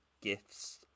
gifts